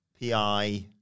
PI